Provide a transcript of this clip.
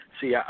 See